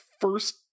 first